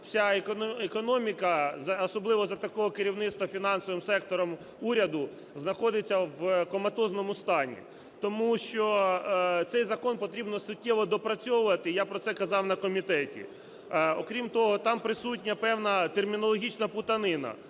вся економіка, особливо за такого керівництва фінансовим сектором уряду, знаходиться в коматозному стані. Тому цей закон потрібно суттєво доопрацьовувати і я про це казав на комітеті. Окрім того, там присутня певна термінологічна плутанина.